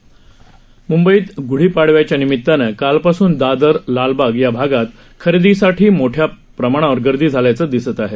म्ंबईत गुढी पाडव्याच्या निमितानं कालपासून दादर लालबाग या भागात खरेदीसाठी मोठी गर्दी झाल्याचं दिसत आहे